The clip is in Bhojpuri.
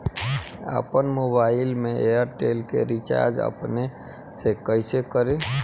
आपन मोबाइल में एयरटेल के रिचार्ज अपने से कइसे करि?